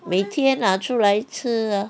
每天拿出来吃 lor